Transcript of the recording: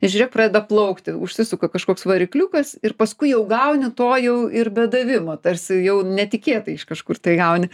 žiūrėk pradeda plaukti užsisuka kažkoks varikliukas ir paskui jau gauni to jau ir be davimo tarsi jau netikėtai iš kažkur tai gauni